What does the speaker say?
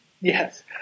Yes